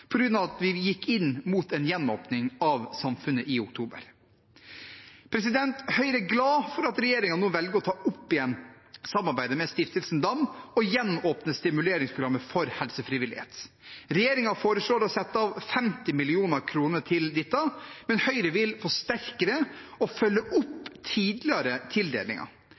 at vi gikk inn mot en gjenåpning av samfunnet i oktober. Høyre er glad for at regjeringen nå velger å ta opp igjen samarbeidet med Stiftelsen Dam og gjenåpne stimuleringsprogrammet for helsefrivillighet. Regjeringen foreslår å sette av 50 mill. kr til dette, men Høyre vil forsterke det og følge opp tidligere tildelinger.